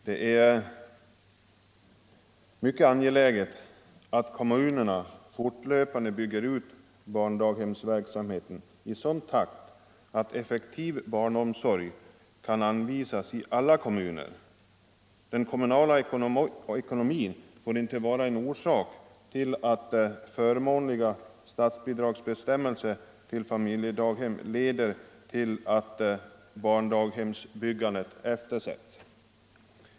Det är mycket angeläget att kommunerna fortlöpande bygger ut barndaghemsverksamheten i sådan takt att effektiv barnomsorg kan anvisas i alla kommuner. Den kommunala ekonomin och förmånliga statsbidragsbestämmelser till familjedaghem får inte bli en orsak till att barndaghemsbyggandet eftersätts.